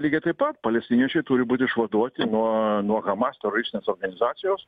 lygiai taip pat palestiniečiai turi būt išvaduoti nuo nuo hamas teroristinės organizacijos